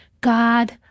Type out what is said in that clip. God